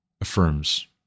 affirms